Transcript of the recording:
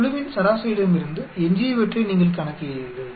குழுவின் சராசரியிடமிருந்து எஞ்சியவற்றை நீங்கள் கணக்கிடுகிறீர்கள்